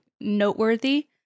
noteworthy